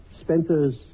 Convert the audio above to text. Spencer's